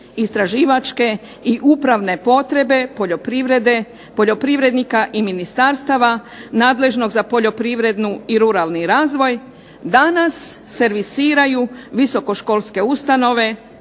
istraživačke i upravne potrebe poljoprivrednika i ministarstava nadležnog za poljoprivredu i ruralni razvoj danas servisiraju visokoškolske ustanove,